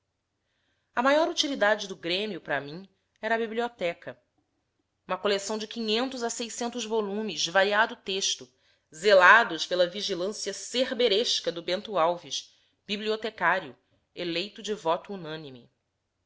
a maior utilidade do grêmio para mim era a biblioteca uma coleção de quinhentos a seiscentos volumes de variado texto zelados pela vigilância cerberesca do bento alves bibliotecário eleito de voto unânime